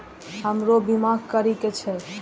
हमरो बीमा करीके छः?